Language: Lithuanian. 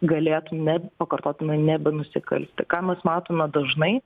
galėtų ne pakartotinai nebenusikalsti ką mes matome dažnai